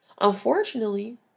Unfortunately